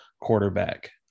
quarterback